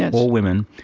and all women,